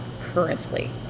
currently